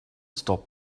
stop